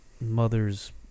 mother's